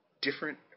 different